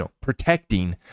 protecting